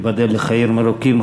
ייבדל לחיים ארוכים,